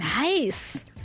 Nice